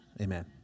Amen